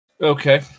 Okay